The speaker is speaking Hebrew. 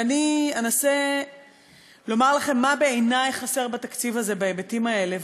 ואני אנסה לומר לכם מה בעיני חסר בתקציב הזה בהיבטים האלה,